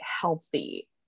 healthy